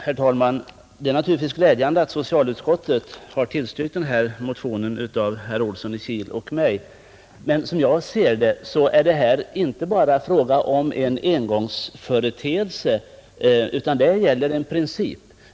Herr talman! Det är naturligtvis glädjande att socialutskottet har tillstyrkt herr Olssons i Kil och min motion, men som jag ser det är det här inte bara fråga om en engångsföreteelse, utan det gäller en princip.